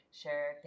share